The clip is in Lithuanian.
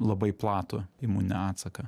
labai platų imuninį atsaką